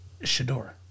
Shador